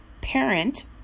parent